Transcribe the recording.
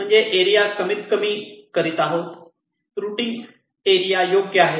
म्हणजे एरिया कमीत कमी करीत आहे रूटिंग एरिया योग्य आहे